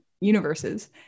universes